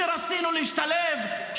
שרצינו להשתלב,